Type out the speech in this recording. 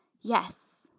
Yes